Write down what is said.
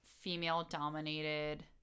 Female-dominated